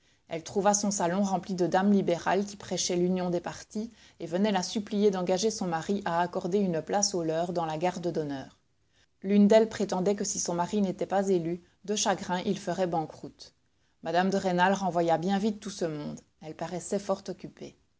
elle trouva son salon rempli de dames libérales qui prêchaient l'union des partis et venaient la supplier d'engager son mari à accorder une place aux leurs dans la garde d'honneur l'une d'elles prétendait que si son mari n'était pas élu de chagrin il ferait banqueroute mme de rênal renvoya bien vite tout ce monde elle paraissait fort occupée